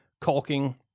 caulking